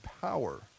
power